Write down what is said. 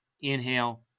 inhale